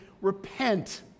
repent